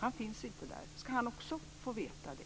Han finns inte där. Ska han också få veta det?